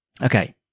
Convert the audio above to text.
Okay